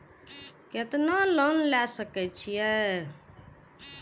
केतना लोन ले सके छीये?